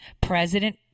President